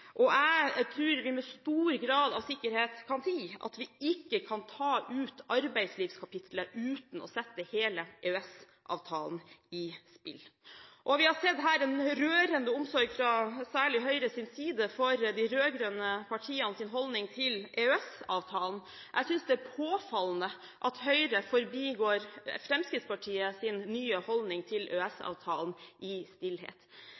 Jeg tror vi med stor grad av sikkerhet kan si at vi ikke kan ta ut arbeidslivskapitlet uten å sette hele EØS-avtalen i spill. Vi har her sett en rørende omsorg – særlig fra Høyres side – for de rød-grønne partienes holdning til EØS-avtalen. Jeg synes det er påfallende at Høyre forbigår Fremskrittspartiets nye holdning til EØS-avtalen i stillhet.